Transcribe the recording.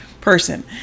person